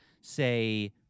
say